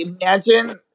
imagine